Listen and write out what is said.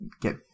get